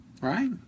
Right